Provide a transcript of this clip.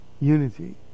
Unity